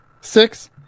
Six